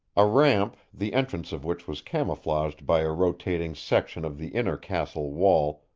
a ramp, the entrance of which was camouflaged by a rotating section of the inner castle wall,